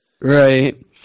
right